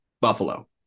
Buffalo